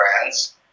brands